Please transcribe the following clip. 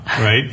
right